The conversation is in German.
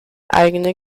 eigene